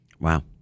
Wow